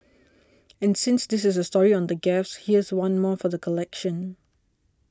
and since this is a story on the gaffes here's one more for the collection